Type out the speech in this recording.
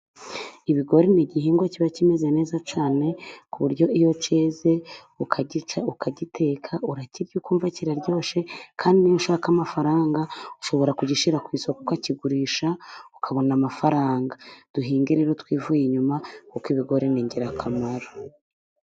Ibigori ni igihingwa kiba kimeze neza cyane, ku buryo iyo cyeze ukagica, ukagiteka, urakirya ukumva kiraryoshye. Kandi iyo ushaka amafaranga ushobora kugishyira ku isoko, ukakigurisha ukabona amafaranga. Duhinge rero twivuye inyuma kuko ibigori ni ingirakamaro.